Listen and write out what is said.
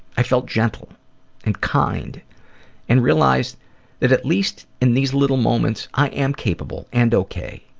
i felt gentle and kind and realized that at least in these little moments i am capable and okay,